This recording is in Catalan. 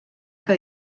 que